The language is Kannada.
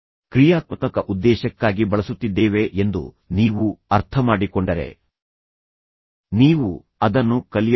ಕ್ರಿಯಾತ್ಮಕ ಉದ್ದೇಶಕ್ಕಾಗಿ ಬಳಸುತ್ತಿದ್ದೇವೆ ಎಂದು ನೀವು ಅರ್ಥಮಾಡಿಕೊಂಡರೆ ನೀವು ಅದನ್ನು ಕಲಿಯಬಹುದು